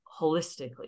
holistically